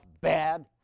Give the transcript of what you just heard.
bad